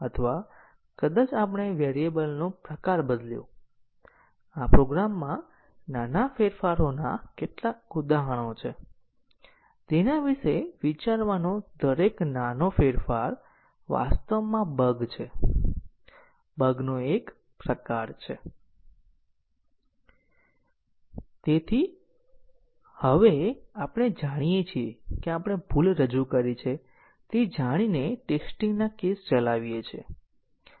તેથી એક નાનો કોડ આપેલ છે જે આપણે જનરેટ કરવા માટે પ્રોગ્રામ લખી શકીએ છીએ તેના control flow graph control flow graph nodes વાસ્તવમાં સ્ટેટમેન્ટ છે અને આપણે જાણીએ છીએ કે સ્ટેટમેન્ટના પ્રકારને આધારે ધાર શું હશે અને એકવાર આપણી પાસે CFG તરીકે પ્રેગ્રામ ચલાવે છે